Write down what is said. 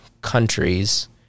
countries